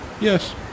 Yes